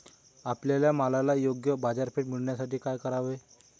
आपल्या मालाला योग्य बाजारपेठ मिळण्यासाठी काय करावे?